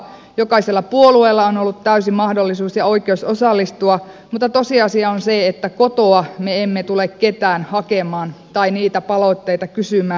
jokaisella puolueella on ollut täysi mahdollisuus ja oikeus osallistua mutta tosiasia on se että kotoa me emme tule ketään hakemaan tai niitä palautteita kysymään